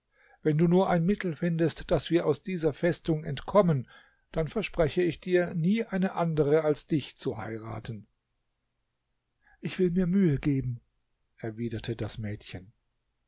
wenn du nur ein mittel findest daß wir aus dieser festung entkommen dann verspreche ich dir nie eine andere als dich zu heiraten ich will mir mühe geben erwiderte das mädchen